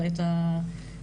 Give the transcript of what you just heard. נשים חסרי